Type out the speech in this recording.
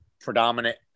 predominant